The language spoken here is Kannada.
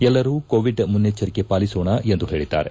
ಎಲ್ಲರೂ ಕೋವಿಡ್ ಮುನ್ನೆಚ್ವರಿಕೆ ಪಾಲಿಸೋಣ ಎಂದು ಹೇಳಿದ್ದಾರೆ